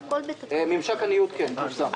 ממשק הניוד כן פורסם.